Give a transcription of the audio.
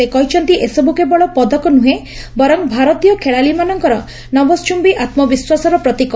ସେ କହିଛନ୍ତି ଏସବୁ କେବଳ ପଦକ ନୁହେଁ ବରଂ ଭାରତୀୟ ଖେଳାଳି ମାନଙ୍କର ନଭଶ୍ବୁମ୍ୟୀ ଆମ୍ବିଶ୍ୱାସର ପ୍ରତୀକ